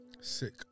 sick